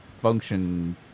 function